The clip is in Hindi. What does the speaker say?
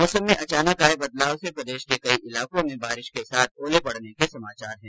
मौसम में अचानक आये बदलाव से प्रदेश के कई ईलाकों में बारिश के साथ ओले पडने के समाचार है